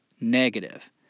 negative